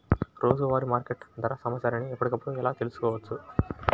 రోజువారీ మార్కెట్ ధర సమాచారాన్ని ఎప్పటికప్పుడు ఎలా తెలుసుకోవచ్చు?